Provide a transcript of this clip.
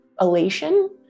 elation